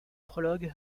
prologue